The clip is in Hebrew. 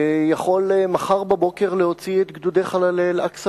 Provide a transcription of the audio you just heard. יכול מחר להוציא את "גדודי חללי אל-אקצא"